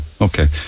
Okay